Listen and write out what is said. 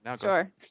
sure